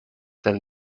than